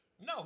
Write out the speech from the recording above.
No